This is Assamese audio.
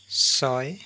ছয়